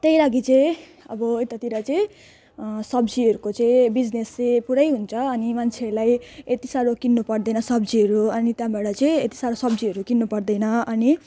त्यही लागि चाहिँ अब यतातिर चाहिँ सब्जीहरूको चाहिँ बिजनेस चाहिँ पुरै हुन्छ अनि मान्छेलाई यति साह्रो किन्नुपर्दैन सब्जीहरू अनि त्यहाँबाट चाहिँ यति साह्रो सब्जीहरू किन्नुपर्दैन अनि